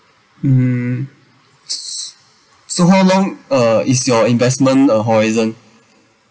mm s~ so how long uh is your investment uh horizon